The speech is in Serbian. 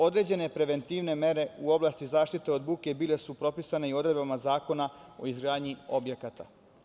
Određene preventivne mere u oblasti zaštite od buke bile su propisane i odredbama Zakona o izgradnji objekata.